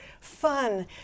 fun